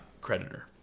creditor